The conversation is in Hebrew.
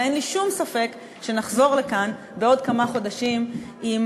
ואין לי שום ספק שנחזור לכאן בעוד כמה חודשים עם